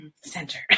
center